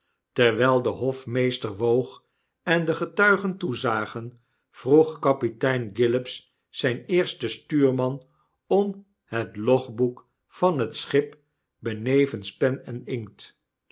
terwyl de hofraeester woog en de getuigen toezagen vroeg kapitein gillops zgn eersten stuurman om het logboek van het schip benevens pen en inkt